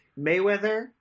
Mayweather